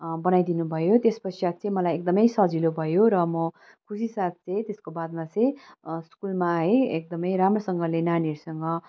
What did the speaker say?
बनाइदिनु भयो त्यस पश्चायत चाहिँ मलाई एकदमै सजिलो भयो र म खुसीसाथ त्यसको त्यसको बादमा चाहिँ स्कुलमा है एकदमै राम्रोसँगले नानीहरूसँग